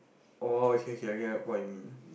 oh okay okay I get what you mean